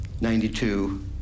92